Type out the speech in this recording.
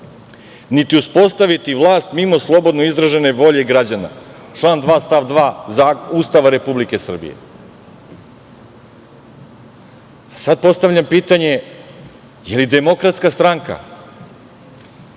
niti uspostaviti vlast mimo slobodno izražene volje građana. Član 2. stav. 2. Ustava Republike Srbije. Sad postavljam pitanje – da li je DS donosila na